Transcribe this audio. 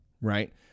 Right